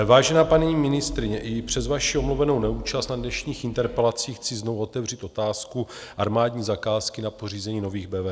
Vážená paní ministryně, i přes vaši omluvenou neúčast na dnešních interpelacích chci znovu otevřít otázku armádní zakázky na pořízení nových BVP.